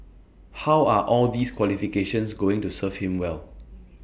how are all these qualifications going to serve him well